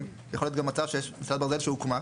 לפעמים יכול להיות גם מצב שיש מסילת ברזל שהוקמה.